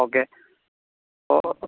okay അപ്പോൾ